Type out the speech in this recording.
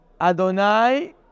adonai